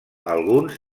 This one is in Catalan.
alguns